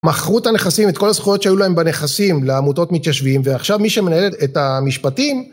מכרו את הנכסים - את כל הזכויות שהיו להם בנכסים - לעמותות מתיישבים, ועכשיו מי שמנהל את המשפטים